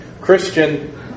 Christian